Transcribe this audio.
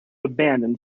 abandon